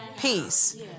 peace